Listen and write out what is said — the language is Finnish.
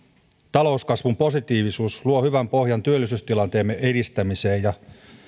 talouskasvun positiivisuus luo hyvän pohjan työllisyystilanteemme edistämiseen ja olemme